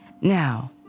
Now